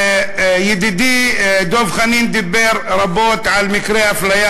ידידי דב חנין דיבר רבות על מקרי אפליה,